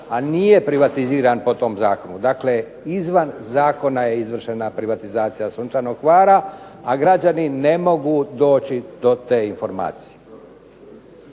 a nije privatiziran po tom zakonu, dakle izvan zakona je izvršena privatizacija Sunčanog Hvara a građani ne mogu doći do te informacije.